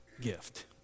Gift